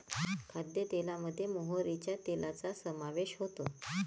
खाद्यतेलामध्ये मोहरीच्या तेलाचा समावेश होतो